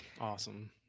awesome